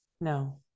no